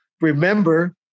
remember